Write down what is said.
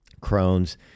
Crohn's